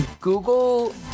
Google